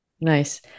Nice